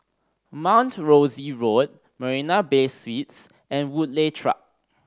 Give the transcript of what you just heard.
Mount Rosie Road Marina Bay Suites and Woodleigh Track